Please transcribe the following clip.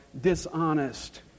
dishonest